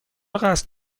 قصد